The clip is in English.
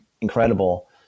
incredible